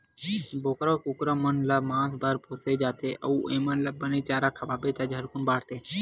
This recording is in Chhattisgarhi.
बोकरा, कुकरा मन ल मांस बर पोसे जाथे अउ एमन ल बने चारा खवाबे त झटकुन बाड़थे